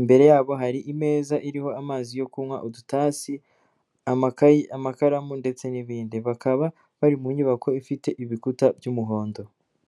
imbere yabo hari imeza iriho amazi yo kunywa, udutasi, amakayi, amakaramu ndetse n'ibindi, bakaba bari mu nyubako ifite ibikuta by'umuhondo.